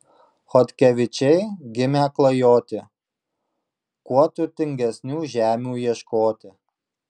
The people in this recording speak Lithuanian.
chodkevičiai gimę klajoti kuo turtingesnių žemių ieškoti